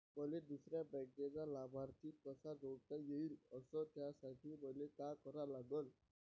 मले दुसऱ्या बँकेचा लाभार्थी कसा जोडता येईन, अस त्यासाठी मले का करा लागन?